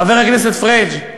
חבר הכנסת פריג',